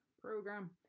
program